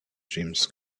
dreams